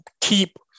keep